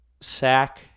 sack